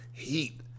heat